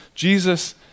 Jesus